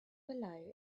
below